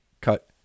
cut